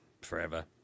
forever